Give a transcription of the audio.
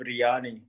biryani